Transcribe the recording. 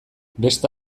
beste